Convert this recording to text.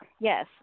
Yes